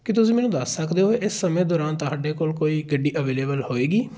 ਕੀ ਤੁਸੀਂ ਮੈਨੂੰ ਦੱਸ ਸਕਦੇ ਹੋ ਇਸ ਸਮੇਂ ਦੌਰਾਨ ਤੁਹਾਡੇ ਕੋਲ ਕੋਈ ਗੱਡੀ ਅਵੇਲੇਬਲ ਹੋਏਗੀ